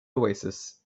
oasis